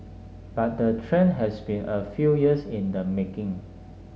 but the trend has been a few years in the making